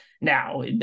Now